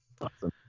Awesome